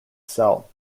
cell